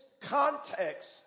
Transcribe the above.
context